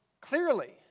clearly